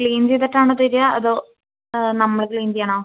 clean ചെയ്തിട്ടാണോ തെരുഅ അതോ നമ്മൾ ക്ലീൻ ചെയ്യണോ